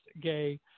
gay